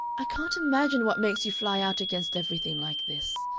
i can't imagine what makes you fly out against everything like this,